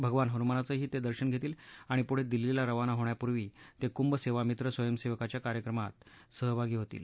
भगवान हनुमानाचंही ते दर्शन घेतील आणि पुढे दिल्लीला रवाना होण्यापुर्वी ते कुंभ सेवा मित्र स्वयंसेवकांच्या कार्यक्रमात सहभागी होतील